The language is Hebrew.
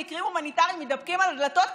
מקרים הומניטריים מתדפקים על הדלתות,